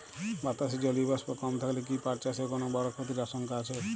বাতাসে জলীয় বাষ্প কম থাকলে কি পাট চাষে কোনো বড় ক্ষতির আশঙ্কা আছে?